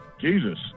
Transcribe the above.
Jesus